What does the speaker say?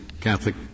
Catholic